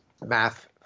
math